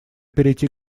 перейти